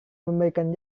memberikan